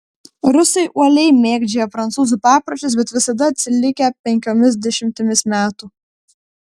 rusai uoliai mėgdžioja prancūzų papročius bet visada atsilikę penkiomis dešimtimis metų